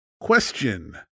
Question